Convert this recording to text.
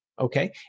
Okay